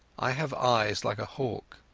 i have eyes like a hawk,